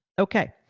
Okay